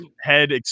head